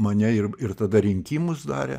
mane ir ir tada rinkimus darė